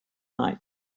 night